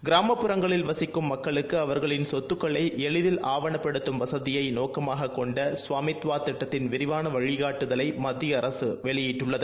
கிராமப்புறங்களில் வசிக்கும் மக்களுக்கு அவர்களின் சொத்துக்களை எளிதில் ஆவணப்படுத்தும் வசதியை நோக்கமாக கொண்ட ஸ்வாமித்வா திட்டத்தின் விரிவான வழிகாட்டுதலை மத்திய அரசு வெளியிட்டுள்ளது